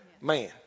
man